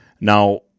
Now